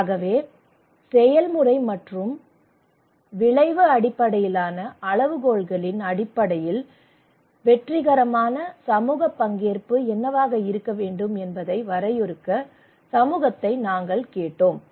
ஆகவே செயல்முறை மற்றும் விளைவு அடிப்படையிலான அளவுகோல்களின் அடிப்படையில் வெற்றிகரமான சமூக பங்கேற்பு என்னவாக இருக்க வேண்டும் என்பதை வரையறுக்க சமூகத்தை நாங்கள் கேட்டோம்